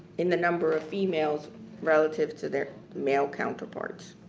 in the number of females relative to their male counterparts.